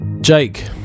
Jake